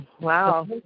wow